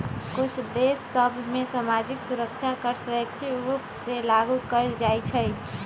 कुछ देश सभ में सामाजिक सुरक्षा कर स्वैच्छिक रूप से लागू कएल जाइ छइ